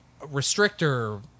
restrictor